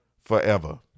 forever